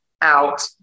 out